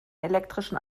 elektrischen